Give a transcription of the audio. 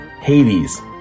hades